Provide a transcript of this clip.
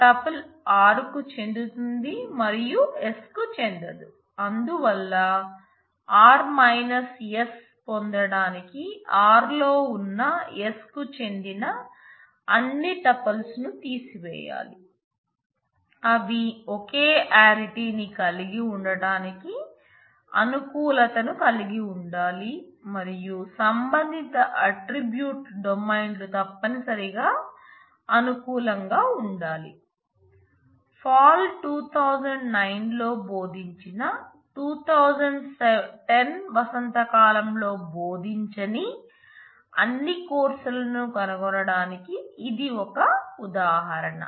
Πcourse id set డిఫరెన్స్లో బోధించని అన్ని కోర్సులను కనుగొనడానికి ఇది ఒక ఉదాహరణ